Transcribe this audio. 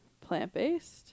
plant-based